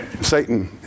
Satan